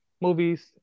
movies